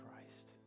Christ